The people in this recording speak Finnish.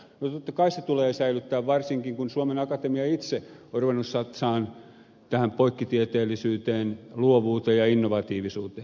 no totta kai se tulee säilyttää varsinkin kun suomen akatemia itse on ruvennut satsaamaan tähän poikkitieteellisyyteen luovuuteen ja innovatiivisuuteen